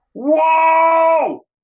whoa